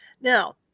Now